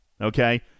okay